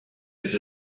his